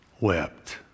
wept